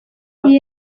iyi